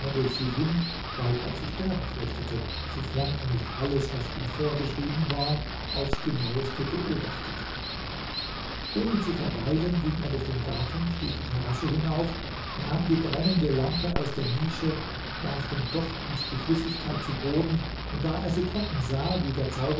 durch sie hin weil er zu sterben fürchtete sofern er nicht alles was ihm vorgeschrieben war aufs genaueste beobachtete ohne zu verweilen ging er durch den garten stieg die terrasse hinauf nahm die brennende lampe aus der nische warf den docht und die flüssigkeit zu boden und da er sie trocken sah wie der